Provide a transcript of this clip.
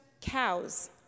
cows